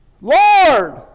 Lord